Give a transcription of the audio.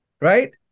Right